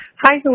Hi